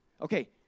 Okay